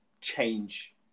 change